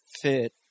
fit